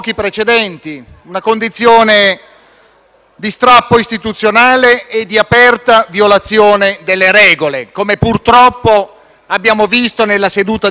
Una settimana in Commissione a fare finta di discutere della legge e degli emendamenti, senza votarne nemmeno uno.